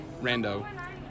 rando